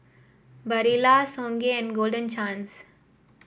Barilla Songhe and Golden Chance